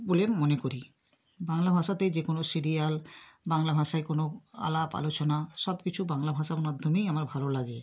বলে মনে করি বাংলা ভাষাতে যে কোনো সিরিয়াল বাংলা ভাষায় কোনো আলাপ আলোচনা সব কিছু বাংলা ভাষার মাধ্যমেই আমার ভালো লাগে